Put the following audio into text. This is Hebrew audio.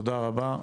תודה רבה.